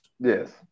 Yes